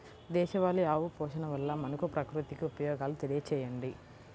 దేశవాళీ ఆవు పోషణ వల్ల మనకు, ప్రకృతికి ఉపయోగాలు తెలియచేయండి?